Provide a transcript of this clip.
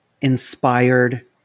inspired